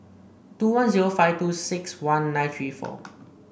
two one zero five two six one nine three four